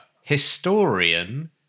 Historian